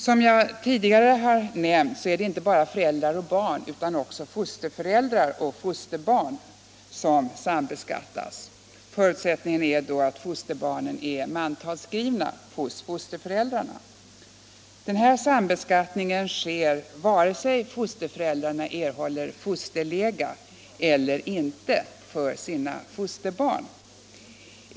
Som jag tidigare nämnt är det inte bara föräldrar och barn utan också fosterföräldrar och fosterbarn som sambeskattas. Förutsättningen är då att fosterbarnen är mantalsskrivna hos fosterföräldrarna. Den här sam beskattningen sker vare sig fosterföräldrarna erhåller fosterlega eller inte — Nr 7 för sina fosterbarn.